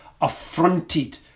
affronted